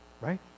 Right